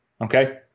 Okay